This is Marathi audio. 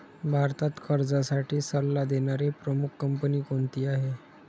भारतात कर्जासाठी सल्ला देणारी प्रमुख कंपनी कोणती आहे?